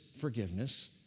forgiveness